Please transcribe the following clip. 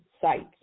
sites